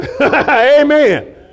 Amen